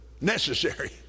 necessary